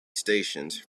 stations